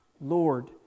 Lord